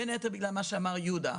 בין היתר בגלל מה שאמר יהודה,